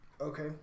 Okay